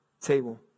table